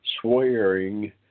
swearing